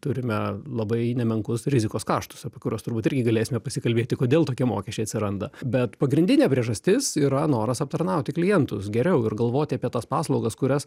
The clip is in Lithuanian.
turime labai nemenkus rizikos kaštus apie kuriuos turbūt irgi galėsime pasikalbėti kodėl tokie mokesčiai atsiranda bet pagrindinė priežastis yra noras aptarnauti klientus geriau ir galvoti apie tas paslaugas kurias